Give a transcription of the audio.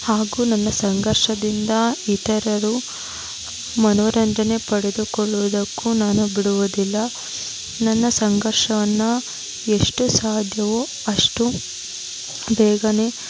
ಹಾಗೂ ನನ್ನ ಸಂಘರ್ಷದಿಂದ ಇತರರು ಮನೋರಂಜನೆ ಪಡೆದುಕೊಳ್ಳುದಕ್ಕೂ ನಾನು ಬಿಡುವುದಿಲ್ಲ ನನ್ನ ಸಂಘರ್ಷವನ್ನು ಎಷ್ಟು ಸಾಧ್ಯವೋ ಅಷ್ಟು ಬೇಗನೆ